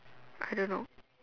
I don't know